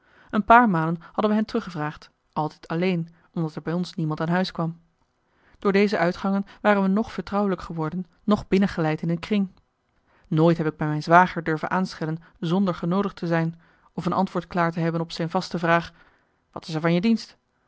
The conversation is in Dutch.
een paar malen hadden we hen teruggevraagd altijd alleen omdat er bij ons niemand aan huis kwam door deze uitgangen waren we noch vertrouwelijk geworden noch binnengeleid in een kring nooit heb ik bij mijn zwager durven aanschellen zonder genoodigd te zijn of een antwoord klaar te hebben op zin vaste vraag wat is er van je dienst